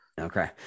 Okay